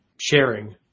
sharing